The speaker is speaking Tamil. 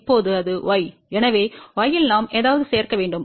இப்போது அது y எனவே y இல் நாம் ஏதாவது சேர்க்க வேண்டும்